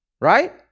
right